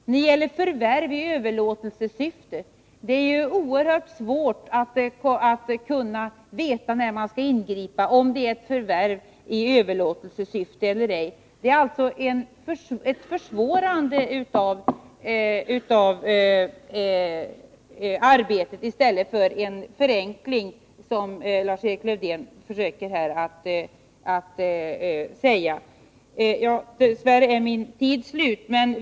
När det gäller förvärv i överlåtelsesyfte är det oerhört svårt att veta när man skall ingripa — om det är förvärv i överlåtelsesyfte eller ej. Det är ett försvårande av arbetet i stället för en förenkling som Lars-Erik Lövdén försöker hävda. Dess värre är min taletid slut.